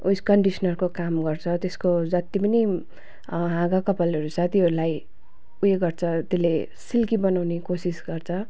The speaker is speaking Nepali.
उवेस कन्डिक्सनरको काम गर्छ त्यसको जति पनि हाँगा कपालहरू छ तीहरूलाई उयो गर्छ त्यसले सिल्की बनाउने कोसिस गर्छ